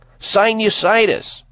Sinusitis